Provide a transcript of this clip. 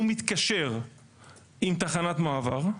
הוא מתקשר עם תחנת מעבר,